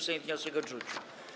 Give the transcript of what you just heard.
Sejm wniosek odrzucił.